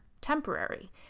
temporary